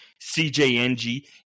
CJNG